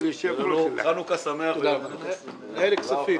מנהל הכספים.